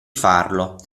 farlo